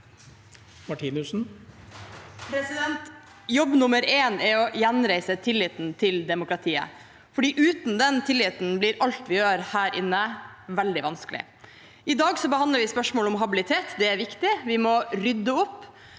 Jobb nummer én er å gjenreise tilliten til demokratiet, for uten den tilliten blir alt vi gjør her inne, veldig vanskelig. I dag behandler vi spørsmål om habilitet. Det er viktig. Vi må rydde opp.